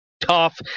tough